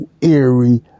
eerie